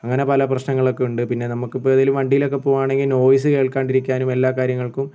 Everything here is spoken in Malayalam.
അങ്ങനെ പല പ്രശ്നങ്ങളൊക്കെയുണ്ട് പിന്നെ നമുക്ക് ഇപ്പോൾ ഏതെങ്കിലും വണ്ടിലൊക്കെ പോവുകയാണെങ്കിൽ നോയ്സ് കേൾക്കാണ്ടിരിക്കാനും എല്ലാ കാര്യങ്ങൾക്കും